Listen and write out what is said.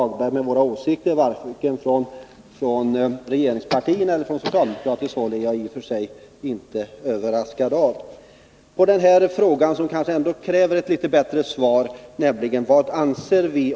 Att vi sedan varken från regeringspartierna eller från socialdemokraterna kan tillfredsställa Lars-Ove Hagberg vad gäller åsikterna är jag inte överraskad av.